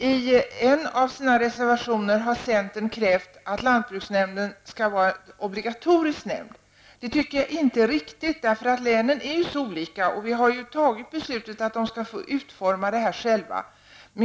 I en av sina reservationer har centern krävt att lantbruksnämnden skall vara en obligatorisk nämnd. Det tycker jag inte är riktigt, eftersom länen är så olika. Vi har fattat beslutet att de skall få utforma det här själva.